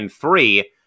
three